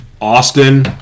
Austin